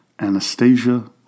Anastasia